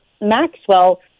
Maxwell